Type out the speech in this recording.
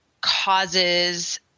causes